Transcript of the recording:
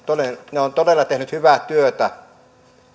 ne ovat todella tehneet hyvää työtä